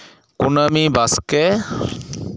ᱠᱩᱱᱟᱹᱢᱤ ᱵᱟᱥᱠᱮ